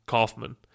Kaufman